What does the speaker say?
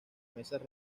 mesas